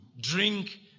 drink